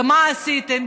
ומה עשיתם?